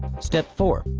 step four.